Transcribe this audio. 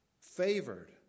Favored